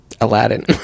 Aladdin